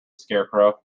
scarecrow